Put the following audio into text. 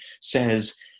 says